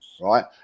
right